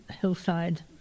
hillside